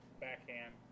Backhand